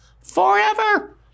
Forever